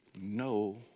no